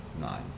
nine